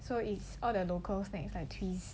so it's all their local snacks factory